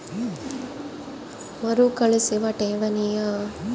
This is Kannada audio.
ಮರುಕಳಿಸುವ ಠೇವಣಿಯ ಖಾತೆಯಲ್ಲಿ ನಾವು ಆಗಾಗ್ಗೆ ರೊಕ್ಕವನ್ನು ಹಾಕುತ್ತೇವೆ, ಎಲ್ಲ ಬ್ಯಾಂಕಿನಗ ಈ ಖಾತೆಯಿದೆ